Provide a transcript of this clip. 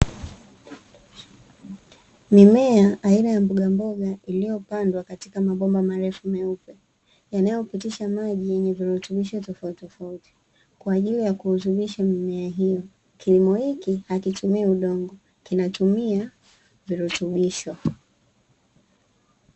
Mimea aina ya mbogamboga iliyopandwa katika mabomba marefu meupe, yanayopitisha maji yenye virutubisho tofautitofauti kwa ajili ya kurutubisha mimea hiyo. Kilimo hiki hakitumii udongo, kinatumia virutubisho.